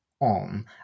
on